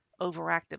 overactive